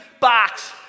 box